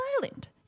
silent